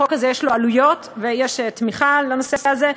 החוק הזה יש לו עלויות, ויש תמיכה לנושא הזה.